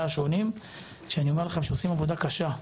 השונים שאני אומר לכם שעושים עבודה קשה.